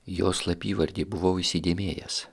jos slapyvardį buvau įsidėmėjęs